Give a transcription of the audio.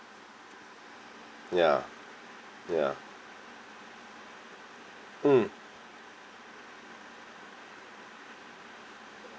ya ya mm